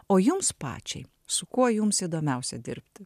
o jums pačiai su kuo jums įdomiausia dirbti